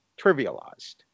trivialized